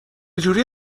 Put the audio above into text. جوری